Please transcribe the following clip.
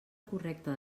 correcte